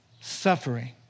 suffering